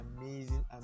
amazing